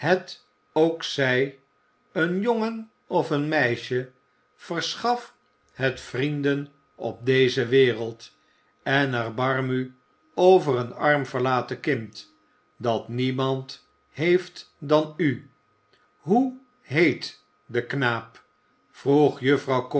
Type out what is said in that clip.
ook zij een jongen of een meisje verschaf het vrienden op deze wereld en erbarm u over een arm verlaten kind dat niemand heeft dan u hoe heet de knaap vroeg juffrouw